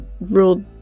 ruled